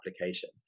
application